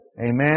Amen